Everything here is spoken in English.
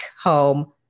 home